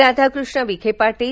Radhakrishna Vikhe Patil